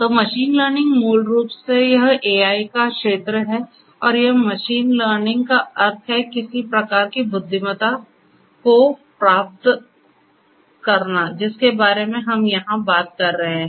तो machine learning मूल रूप से यह AI का क्षेत्र है और यह मशीन लर्निंग का अर्थ है किसी प्रकार की बुद्धिमता को प्राप्त करना जिसके बारे में हम यहां बात कर रहे हैं